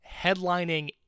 headlining